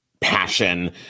passion